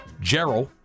Gerald